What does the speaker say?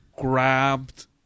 grabbed